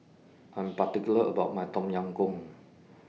I'm particular about My Tom Yam Goong